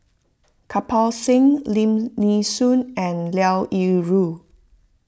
Kirpal Singh Lim Nee Soon and Liao Yingru